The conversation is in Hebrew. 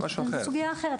לגבי גורמים אחרים,